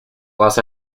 los